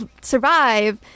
survive